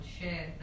share